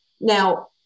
Now